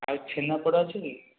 ଆଉ ଛେନାପୋଡ଼ ଅଛିକି